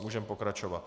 Můžeme pokračovat.